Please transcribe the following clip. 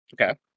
Okay